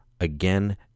again